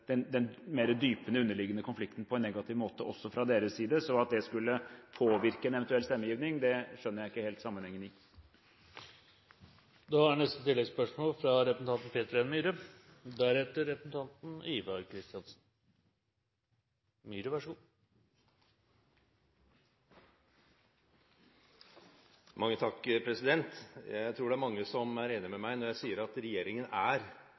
den mer dype, underliggende konflikten på en negativ måte, også sett fra deres side, så at det skulle påvirke en eventuell stemmegivning, det skjønner jeg ikke helt sammenhengen i. Peter N. Myhre – til oppfølgingsspørsmål. Jeg tror det er mange som er enige med meg når jeg sier at regjeringen er